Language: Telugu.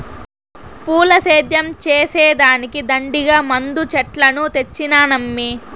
పూల సేద్యం చేసే దానికి దండిగా మందు చెట్లను తెచ్చినానమ్మీ